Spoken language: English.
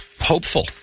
hopeful